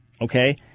Okay